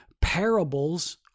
parables